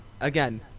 Again